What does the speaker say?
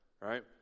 right